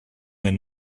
and